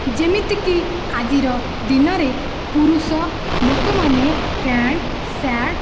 ଯେମିତିକି ଆଜିର ଦିନରେ ପୁରୁଷ ଲୋକମାନେ ପ୍ୟାଣ୍ଟ ସାର୍ଟ